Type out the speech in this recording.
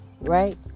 right